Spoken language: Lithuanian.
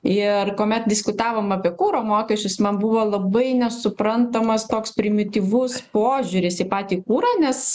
ir kuomet diskutavom apie kuro mokesčius man buvo labai nesuprantamas toks primityvus požiūris į patį kurą nes